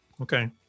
Okay